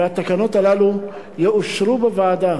והתקנות הללו יאושרו בוועדה,